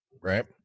right